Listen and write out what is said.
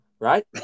right